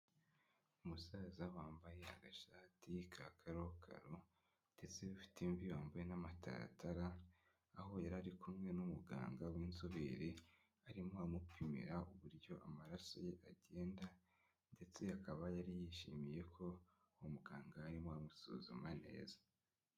umusaza wambaye agashati ka karokaro, ndetse ufite imvi wambaye n'amatatara aho yari ari kumwe n'umuganga w'inzobere, arimo amupimira uburyo amaraso ye agenda ndetse akaba yari yishimiye ko uwo muganga arimo amusuzuma neza.